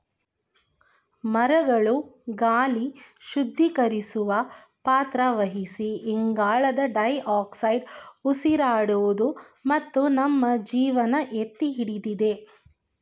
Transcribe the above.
ಮರಗಳು ಗಾಳಿ ಶುದ್ಧೀಕರಿಸುವ ಪಾತ್ರ ವಹಿಸಿ ಇಂಗಾಲದ ಡೈಆಕ್ಸೈಡ್ ಉಸಿರಾಡುವುದು ಮತ್ತು ನಮ್ಮ ಜೀವನ ಎತ್ತಿಹಿಡಿದಿದೆ